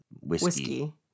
whiskey